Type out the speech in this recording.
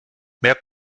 mehr